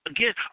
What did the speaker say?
Again